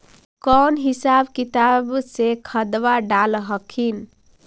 कौन हिसाब किताब से खदबा डाल हखिन?